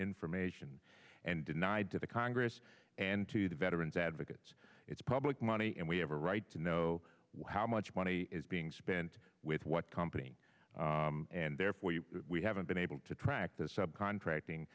information and denied to the congress and to the veterans advocates it's public money and we have a right to know how much money is being spent with what company and therefore we haven't been able to track the sub contracting